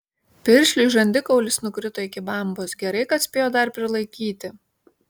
piršliui žandikaulis nukrito iki bambos gerai kad spėjo dar prilaikyti